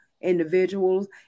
individuals